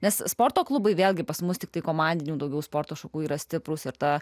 nes sporto klubai vėlgi pas mus tiktai komandinių daugiau sporto šakų yra stiprūs ir ta